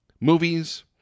movies